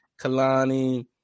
Kalani